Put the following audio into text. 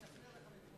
אדוני היושב-ראש,